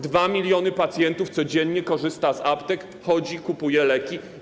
2 mln pacjentów codziennie korzysta z aptek, przychodzi, kupuje leki.